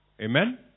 Amen